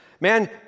Man